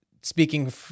speaking